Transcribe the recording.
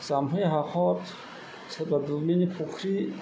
जामफै हाखर सोरबा दुब्लिनि फख्रि